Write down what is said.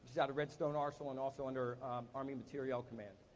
just out of redstone arsenal, and also under army materiel command.